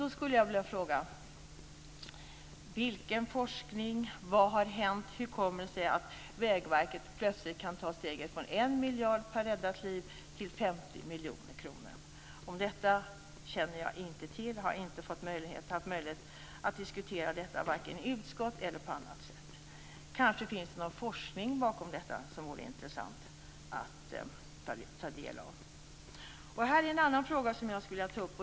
Då skulle jag vilja fråga vilken forskning som ligger bakom, vad som har hänt och hur det kommer sig att Vägverket plötsligt kan ta steget från 1 miljard per räddat liv till 50 miljoner kronor. Detta känner jag inte till. Jag har inte haft möjlighet att diskutera detta vare sig i utskottet eller på annat sätt. Kanske finns det någon forskning bakom detta som det skulle vara intressant att ta del av. Här är en annan fråga som jag skulle vilja ta upp.